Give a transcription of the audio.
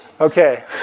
Okay